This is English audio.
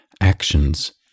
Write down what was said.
actions